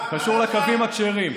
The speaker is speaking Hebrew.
קשור לקווים הכשרים.